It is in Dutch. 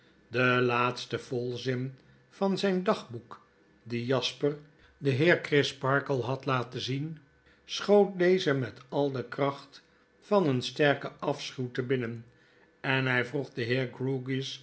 de iaatste volzin van zjjn dagboek dien jasper den heer crisparkle had laten zien schoot dezen met al de kracht van een sterken afschuw te binnen en hij vroeg den heer